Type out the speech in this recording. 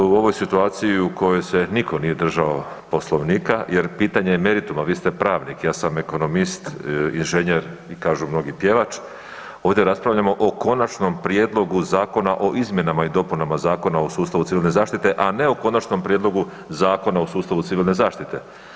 U ovoj situaciji u kojoj se nitko nije držao Poslovnika, jer pitanje je merituma, vi ste pravnik, ja sam ekonomist, inženjer i kažu mnogi, pjevač, ovdje raspravljamo o Konačnom prijedlogu Zakona o izmjenama i dopunama Zakona o sustavu civilne zaštite, a ne o Konačnom prijedlogu Zakonu o sustavu civilne zaštite.